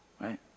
right